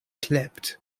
clipped